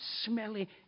smelly